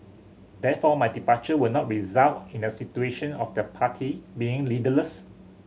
therefore my departure will not result in a situation of the party being leaderless